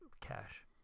cash